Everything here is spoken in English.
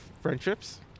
friendships